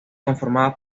conformada